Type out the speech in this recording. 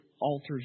alters